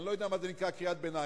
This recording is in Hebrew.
אני לא יודע מה נקרא "קריאת ביניים".